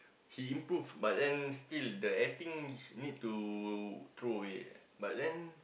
he improve but then still the acting need to throw away but then